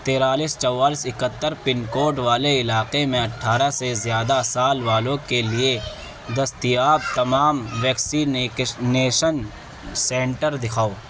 ترتالیس چوالیس اکہتر pin code والے علاقے میں اٹھارہ سے زیادہ سال والوں کے لیے دستیاب تمام ویکسی نیکش نیشن سنٹر دکھاؤ